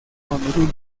honolulu